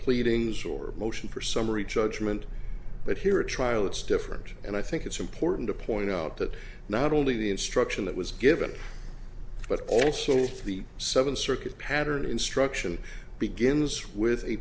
pleadings or motion for summary judgment but here at trial it's different and i think it's important to point out that not only the instruction that was given but also the seven circuit pattern instruction begins with a